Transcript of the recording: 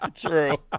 True